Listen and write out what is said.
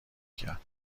کرد